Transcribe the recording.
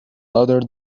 other